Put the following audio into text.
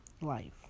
life